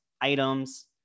items